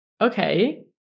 Okay